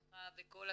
רווחה וכל התחומים,